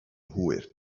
hwyr